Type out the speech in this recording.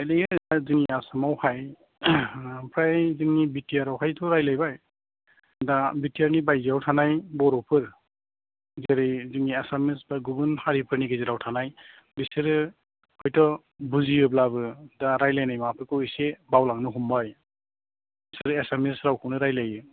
बिदिनो जोंनि आसामाव हाय आमफ्राय जोंनि बि टि आर आवहायथ' रायलायबाय दा बि टि आरनि बायजोआव थानाय बर'फोर जेरै जोंनि एसामिस फ्रा गुबुन हारिफोरनि गेजेराव थानाय बिसोरो हयथ' बुजियोब्लाबो दा रायलायनाय माबाफोरखौ एसे बावलांनो हमबाय बिसोरो एसामिस रावखौनो रायलायो